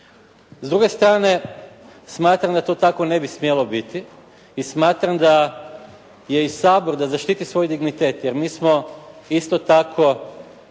S druge strane, smatram da to tako ne bi smjelo biti i smatram da je i Sabor da zaštiti svoj dignitet jer mi smo isto tako